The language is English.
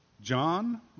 John